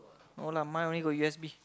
no lah mine only got USB